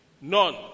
None